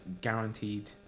guaranteed